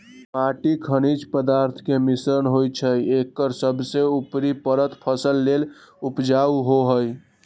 माटी खनिज पदार्थ के मिश्रण होइ छइ एकर सबसे उपरी परत फसल लेल उपजाऊ होहइ